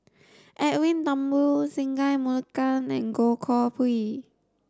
Edwin Thumboo Singai Mukilan and Goh Koh Pui